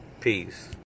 Peace